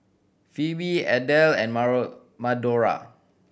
Phoebe Adell and Madora